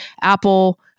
Apple